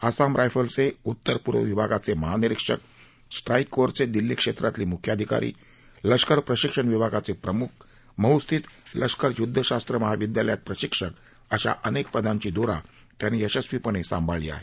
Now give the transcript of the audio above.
आसाम रायफलचे उत्तर पूर्व विभागाचे महानिरीक्षक स्ट्राक्रि कोअरचे दिल्ली क्षेत्रातले मुख्याधिकारी लष्कर प्रशिक्षण विभागाचे प्रमुख महूस्थित लष्कर युद्धशास्त्र महाविद्यालयात प्रशिक्षक अशा अनेक पदांची धुरा त्यांनी यशस्वीपणे सांभाळली आहे